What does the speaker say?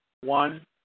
one